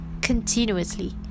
continuously